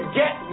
get